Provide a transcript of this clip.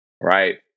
right